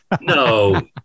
no